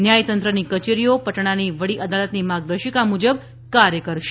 ન્યાયતંત્રની કચેરીઓ પટનાની વડી અદાલતની માર્ગદર્શિકા મુજબ કાર્ય કરશે